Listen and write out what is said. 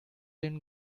den